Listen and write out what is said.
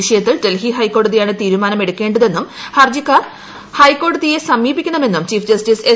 വിഷയത്തിൽ ഡൽഹി ഹൈക്കോടതിയാണ് തീരുമാനം എടുക്കേതെന്നും ഹർജിക്കാരൻ ഹൈക്കോടതിയെ സമീപിക്കണമെന്നും ചീഫ് ജസ്റ്റിസ് എസ്